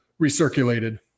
recirculated